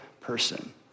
person